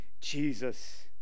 Jesus